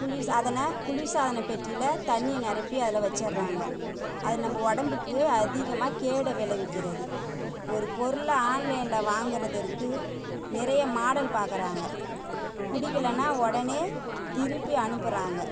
குளிர்சாதன குளிர்சாதனப்பெட்டியில தண்ணியை நிரப்பி அதில் வச்சிடுறாங்க அது நம்ப உடம்புக்கு அதிகமாக கேடை விளைவிக்கிறது ஒரு பொருளை ஆன்லைனில் வாங்கறதற்கு நிறைய மாடல் பார்க்கறாங்க பிடிக்கலன்னா உடனே திருப்பி அனுப்புறாங்க